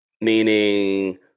Meaning